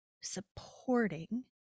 supporting